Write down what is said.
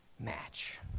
match